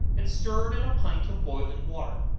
and stirred in a pint of boiling water